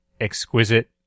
exquisite